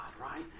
right